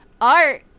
art